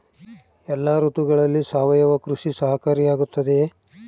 ಎಲ್ಲ ಋತುಗಳಲ್ಲಿ ಸಾವಯವ ಕೃಷಿ ಸಹಕಾರಿಯಾಗಿರುತ್ತದೆಯೇ?